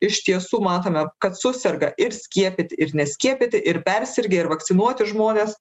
iš tiesų matome kad suserga ir skiepyti ir neskiepyti ir persirgę ir vakcinuoti žmonės